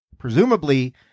presumably